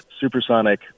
supersonic